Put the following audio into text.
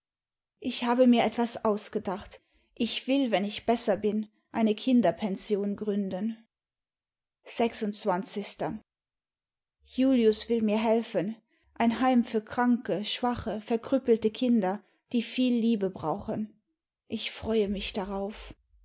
ich habe mir etwas ausgedacht ich will wenn ich besser bin eine kinderpension gründen julius will mir helfen ein heim für kranke schwache verkrüppelte kinder die viel liebe brauchen ich freue mich darauf